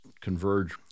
converge